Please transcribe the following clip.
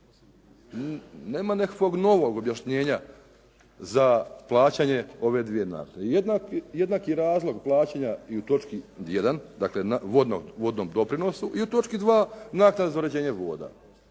Nema nekakvog novog objašnjenja za plaćanje ove dvije naknade. Jednaki razlog plaćanja i u točku 1., dakle vodnom doprinosu i u točku 2. naknada za uređenje voda.